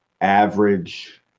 average –